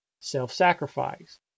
self-sacrifice